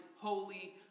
holy